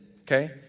okay